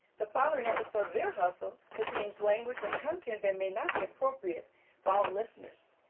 the following episode of ear hustle contains language and content that may not be appropriate for all listeners.